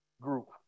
group